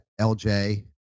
LJ